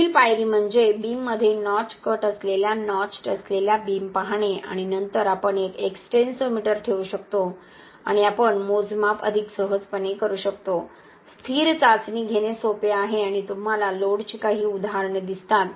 पुढील पायरी म्हणजे बीममध्ये नॉच कट असलेल्या नॉच्ड असलेल्या बीम पाहणे आणि नंतर आपण एक एक्स्टेन्सोमीटर ठेवू शकतो आणि आम्ही मोजमाप अधिक सहजपणे करू शकतो स्थिर चाचणी घेणे सोपे आहे आणि तुम्हाला लोडची काही उदाहरणे दिसतात